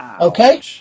Okay